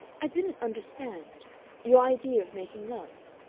i didn't understand your idea of making love.